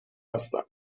هستم